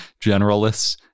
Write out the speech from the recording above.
generalists